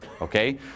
Okay